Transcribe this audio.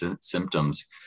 symptoms